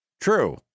True